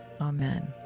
Amen